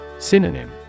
Synonym